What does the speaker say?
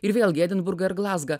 ir vėlgi edinburgą ir glazgą